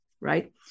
right